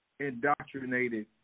indoctrinated